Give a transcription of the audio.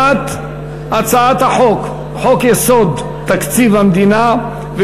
הצעת החוק תועבר לוועדה המיוחדת לדיון בהצעת החוק,